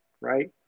right